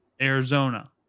Arizona